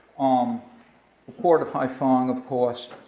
um port of haiphong, of course,